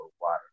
water